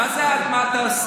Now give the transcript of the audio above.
מה זה "מה תעשו"?